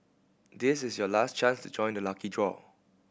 this is your last chance to join the lucky draw